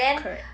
correct